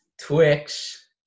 twix